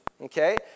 okay